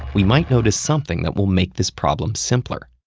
we might notice something that will make this problem simpler.